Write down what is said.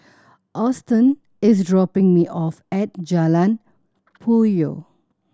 Auston is dropping me off at Jalan Puyoh